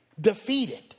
defeated